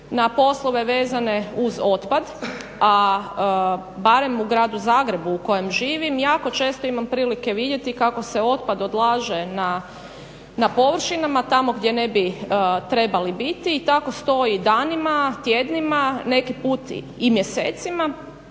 na poslove vezane uz otpad, a barem u gradu Zagrebu u kojem živim jako često imam prilike vidjeti kako se otpad odlaže na površinama, tamo gdje ne bi trebali biti i tako stoji danima, tjednima, neki put i mjesecima